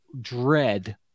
dread